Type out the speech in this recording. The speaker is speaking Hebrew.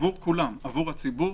עבור כולם עבור הציבור,